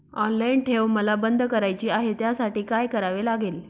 Online ठेव मला बंद करायची आहे, त्यासाठी काय करावे लागेल?